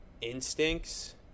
instincts